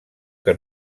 que